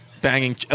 Banging